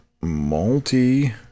multi